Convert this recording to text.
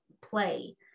play